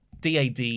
DAD